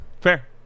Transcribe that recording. Fair